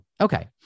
Okay